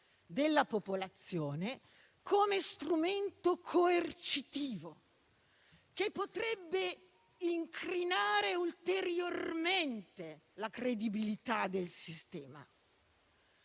della popolazione, come strumento coercitivo, che potrebbe incrinare ulteriormente la credibilità del sistema.